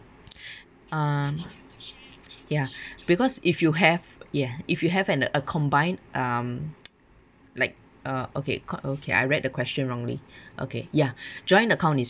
uh ya because if you have ya if you have an a combined um like uh okay co~ okay I read the question wrongly okay ya joint account is